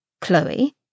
Chloe